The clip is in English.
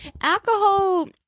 alcohol